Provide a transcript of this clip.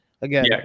again